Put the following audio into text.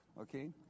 Okay